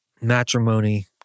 matrimony